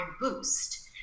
boost